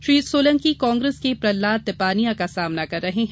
Shri Solanki Congress के प्रहलाद टिपानिया का सामना कर रहे हैं